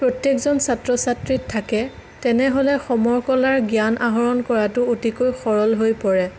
প্ৰত্যেকজন ছাত্ৰ ছাত্ৰীত থাকে তেনেহ'লে সমৰ কলাৰ জ্ঞান আহৰণ কৰাটো অতিকৈ সৰল হৈ পৰে